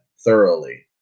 thoroughly